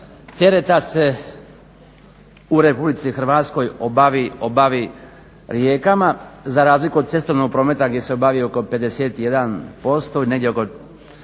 tereta se u RH obavi rijekama za razliku od cestovnog prometa gdje se obavi oko 51% i cestovni